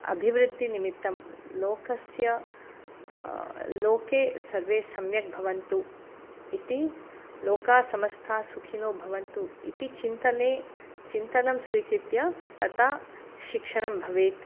अभिवृद्दिनिमित्तं लोकस्य लोके सर्वे सम्यक् भवन्तु इति लोकाः समस्ताः सुखिनो भवन्तु इति चिन्तने चिन्तनं स्वीकृत्य तथा शिक्षणं भवेत्